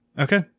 Okay